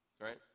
right